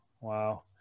wow